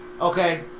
Okay